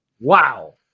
Wow